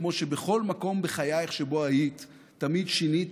כמו שבכל מקום בחייך שבו היית תמיד שינית